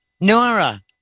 Nora